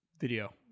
video